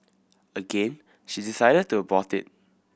again she decided to abort it